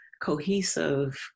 cohesive